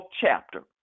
chapter